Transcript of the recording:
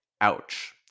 ouch